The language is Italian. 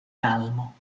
calmo